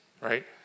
right